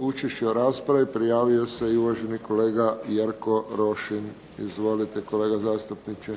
učešće u raspravi prijavio se i uvaženi kolega Jerko Rošin. Izvolite kolega zastupniče.